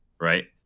right